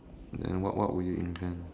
then what what would you invent